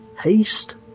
haste